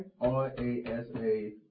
R-A-S-A